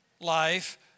life